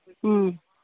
ꯎꯝ